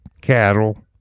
cattle